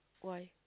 why